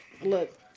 look